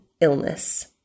illness